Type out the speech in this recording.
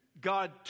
God